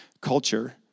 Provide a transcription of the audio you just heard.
culture